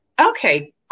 Okay